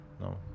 no